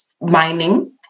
mining